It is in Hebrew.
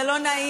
זה לא נעים,